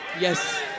Yes